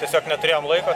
tiesiog neturėjom laiko